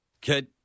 Kid